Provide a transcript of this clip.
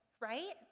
right